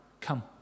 come